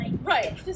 right